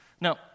Now